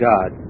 God